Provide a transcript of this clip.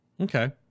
Okay